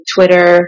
Twitter